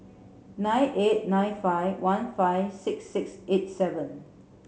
nine eight nine five one five six six eight seven